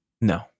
No